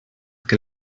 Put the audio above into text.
que